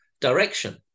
direction